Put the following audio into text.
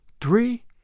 three